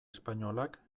espainolak